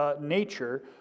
nature